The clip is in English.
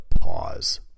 pause